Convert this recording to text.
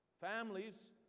Families